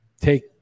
take